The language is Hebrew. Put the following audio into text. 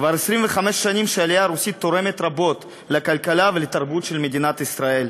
כבר 25 שנים העלייה הרוסית תורמת רבות לכלכלה ולתרבות של מדינת ישראל.